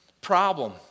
problem